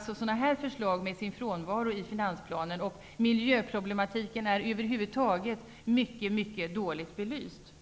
sådana här förslag lyser med sin frånvaro i finansplanen. Miljöproblematiken är över huvud taget mycket dåligt belyst.